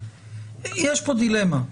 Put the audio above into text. יש פה דילמה,